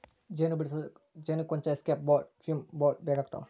ಜೇನು ಬಿಡಿಸಲು ಜೇನುಕುಂಚ ಎಸ್ಕೇಪ್ ಬೋರ್ಡ್ ಫ್ಯೂಮ್ ಬೋರ್ಡ್ ಬೇಕಾಗ್ತವ